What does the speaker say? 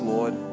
Lord